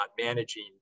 managing